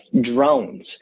drones